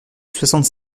soixante